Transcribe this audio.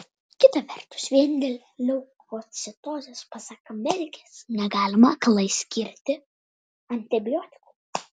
kita vertus vien dėl leukocitozės pasak medikės negalima aklai skirti antibiotikų